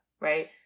right